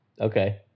Okay